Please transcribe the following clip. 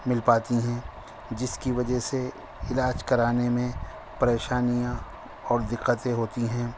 مل پاتی ہیں جس کی وجہ سے علاج کرانے میں پریشانیاں اور دقتیں ہوتی ہیں